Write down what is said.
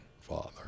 father